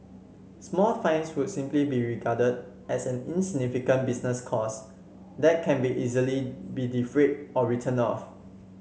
small fines would simply be regarded as an insignificant business cost that can be easily be defrayed or written off